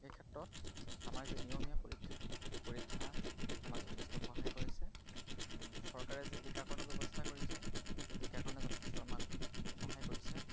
এই ক্ষেত্ৰত আমাৰ যি নিয়মীয়া পৰীক্ষা সেই পৰীক্ষা আমাক যথেষ্ট সহায় কৰিছে চৰকাৰে যি টীকাকৰণৰ ব্যৱস্থা কৰিছে সেই টীকাকৰণে যথেষ্ট আমাক সহায় কৰিছে